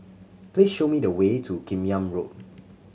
please show me the way to Kim Yam Road